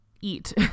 eat